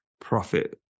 profit